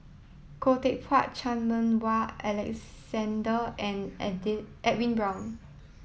Khoo Teck Puat Chan Meng Wah and Edwin Brown